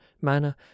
manner